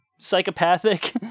Psychopathic